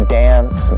dance